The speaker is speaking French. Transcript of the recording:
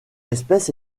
espèce